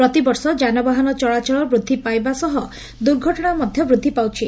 ପ୍ରତିବର୍ଷ ଯାନବାହନ ଚଳାଚଳ ବୃଦ୍ଧି ପାଇବା ସହ ଦୁର୍ଘଟଣା ମଧ୍ଧ ବୃଦ୍ଧି ପାଉଛି